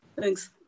Thanks